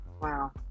Wow